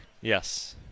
Yes